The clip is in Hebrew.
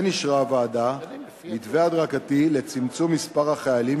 כן אישרה הוועדה מתווה הדרגתי לצמצום מספר החיילים